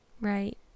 Right